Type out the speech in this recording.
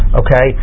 okay